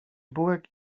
bułek